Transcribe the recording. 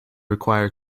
require